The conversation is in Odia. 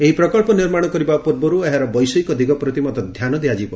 ଏହି ପ୍ରକଳ୍ପ ନିର୍ମାଣ କରିବା ପୂର୍ବରୁ ଏହାର ବୈଷୟିକ ଦିଗ ପ୍ରତି ଧ୍ୟାନ ଦିଆଯିବ